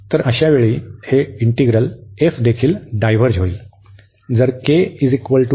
तर अशावेळी हे इंटीग्रल देखील डायव्हर्ज होईल